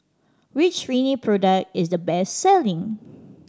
which Rene product is the best selling